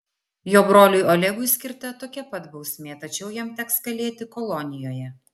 jo broliui olegui skirta tokia pat bausmė tačiau jam teks kalėti kolonijoje